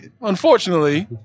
unfortunately